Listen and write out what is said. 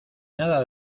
nada